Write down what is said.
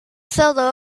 solo